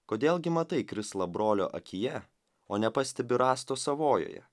kodėl gi matai krislą brolio akyje o nepastebi rąsto savojoje